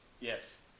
Yes